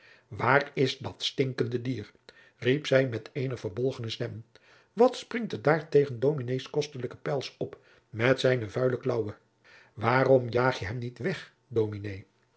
waar is dat stinkende dier riep zij met eene verbolgene stem wat springt het daar tegen dominées kostelijken pels op met zijne vuile klaauwen waarom jaag je hem niet weg dominé